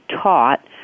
taught